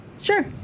Sure